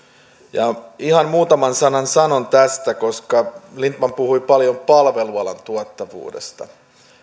ja ihan muutaman sanan sanon tästä koska lindtman puhui paljon palvelualan tuottavuudesta